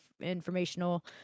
informational